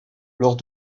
lors